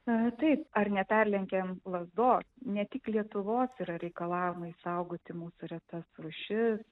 ne taip ar neperlenkiam lazdos ne tik lietuvos yra reikalavimai saugoti mūsų retas rūšis